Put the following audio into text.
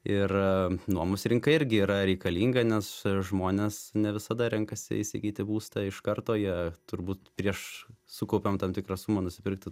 ir nuomos rinka irgi yra reikalinga nes žmonės ne visada renkasi įsigyti būstą iš karto jie turbūt prieš sukaupiant tam tikrą sumą nusipirkti